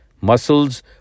muscles